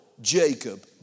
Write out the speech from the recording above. Jacob